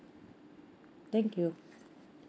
thank you